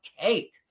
cake